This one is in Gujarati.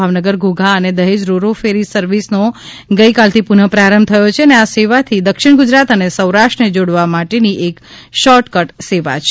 ભાવનગર ધોઘા અને દહેજ રો રો ફરી સર્વિસનો ગઇકાલથી પુનઃ પ્રારંભ થયો છે અને આ સેવાથી દક્ષિણ ગુજરાત અને સૌરાષ્ર ને જોડવા માટેની એક શોર્ટ કટ સેવા છે